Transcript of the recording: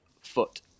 foot